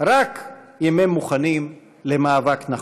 רק אם הם מוכנים למאבק נחוש.